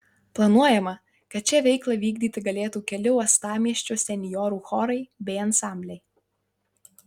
planuojama kad čia veiklą vykdyti galėtų keli uostamiesčio senjorų chorai bei ansambliai